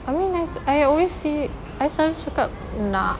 I mean I I always see I selalu cakap nak